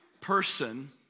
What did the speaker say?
person